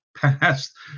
past